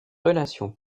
relation